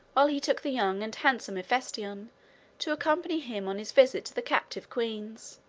while he took the young and handsome hephaestion to accompany him on his visit to the captive queens.